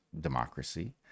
democracy